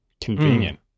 convenient